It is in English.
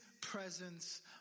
presence